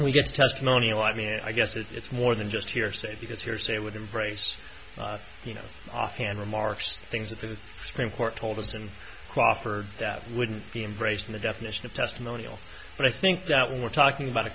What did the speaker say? we get testimonial i mean i guess it's more than just hearsay because hearsay would embrace you know offhand remarks things that the supreme court told us and cooperate that wouldn't be embraced in the definition of testimonial but i think that when we're talking about a